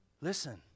Listen